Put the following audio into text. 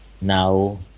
now